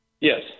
Yes